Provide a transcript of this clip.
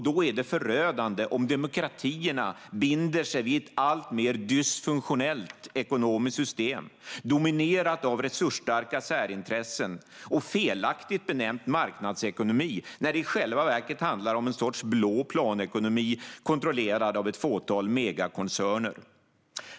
Då är det förödande om demokratierna binder sig vid ett alltmer dysfunktionellt ekonomiskt system dominerat av resursstarka särintressen och felaktigt benämnt marknadsekonomi, när det i själva verket handlar om en sorts blå planekonomi kontrollerad av ett fåtal megakoncerner.